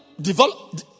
develop